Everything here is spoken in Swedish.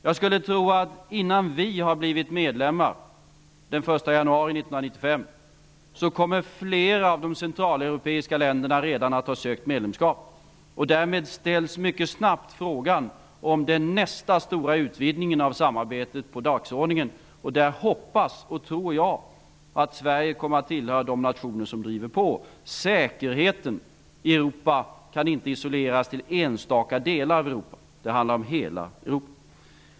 Jag tror att flera av de centraleuropeiska länderna kommer att ha ansökt om medlemskap redan innan vi har blivit medlemmar den 1 januari 1995. Därmed kommer frågan om nästa stora utvidgning av samarbetet mycket snabbt upp på dagordningen. Jag hoppas och tror att Sverige kommer att tillhöra de nationer som driver på. Säkerheten i Europa kan inte isoleras till enstaka delar av Europa. Det handlar om hela Europa.